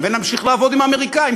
ונמשיך לעבוד עם האמריקנים,